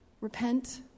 Repent